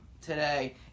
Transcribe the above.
today